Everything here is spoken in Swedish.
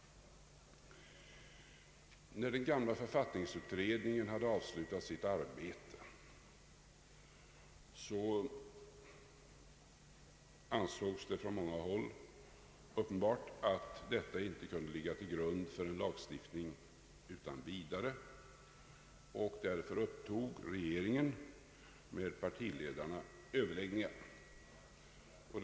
När den gamla författningsutredningen hade avslutat sitt arbete, ansågs det på många håll uppenbart att detta icke kunde ligga till grund för en lagstiftning utan vidare, och regeringen upptog därför överläggningar med partiledarna.